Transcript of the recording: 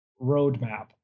Roadmap